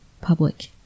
public